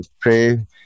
pray